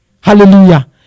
Hallelujah